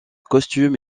costume